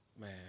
man